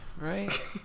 right